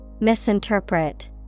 Misinterpret